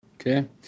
Okay